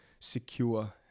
secure